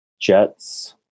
Jets